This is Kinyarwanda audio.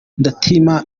ndatimana